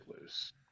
loose